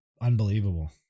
Unbelievable